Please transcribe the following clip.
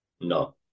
No